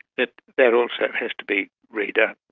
that that also has to be redone.